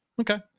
Okay